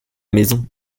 maison